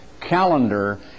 calendar